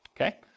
okay